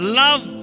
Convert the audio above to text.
love